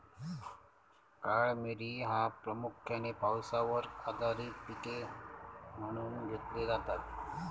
काळा मिरी ह्या प्रामुख्यान पावसावर आधारित पीक म्हणून घेतला जाता